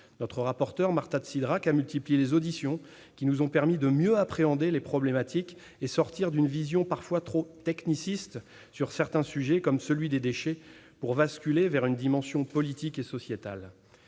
Notre rapporteure, Marta de Cidrac, a multiplié les auditions pour nous permettre de mieux appréhender les problématiques et de sortir d'une vision parfois trop « techniciste » sur certains sujets, comme celui des déchets, pour basculer vers une dimension politique et sociétale.